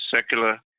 secular